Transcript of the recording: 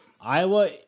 Iowa